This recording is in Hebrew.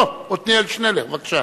עתניאל שנלר, בבקשה.